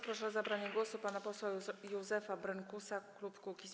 Proszę o zabranie głosu pana posła Józefa Brynkusa, klub Kukiz’15.